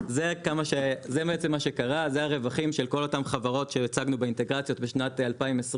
זה הרווחים של כל אותן חברות שהצגנו באינטגרציות בשנת 2020,